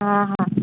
हां हां